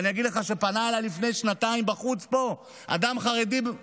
ואני אגיד לך שפנה אליי לפני שנתיים בחוץ פה אדם חרדי,